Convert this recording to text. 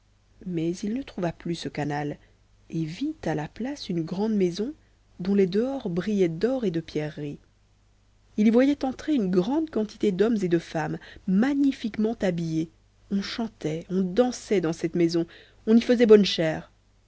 mais il ne trouva plus ce canal et vit à la place une grande maison dont les dehors brillaient d'or et de pierreries il y voyait entrer une grande quantité d'hommes et de femmes magnifiquement habillés on chantait on dansait dans cette maison on y faisait bonne chère